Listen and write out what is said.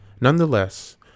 Nonetheless